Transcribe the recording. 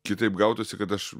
kitaip gautųsi kad aš